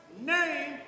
name